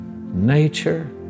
nature